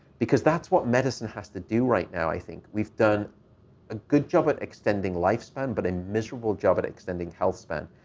because that's what medicine has to do right now, i think. we've done a good job at extending lifespan but a miserable job at extending health span.